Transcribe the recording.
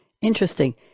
Interesting